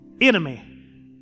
enemy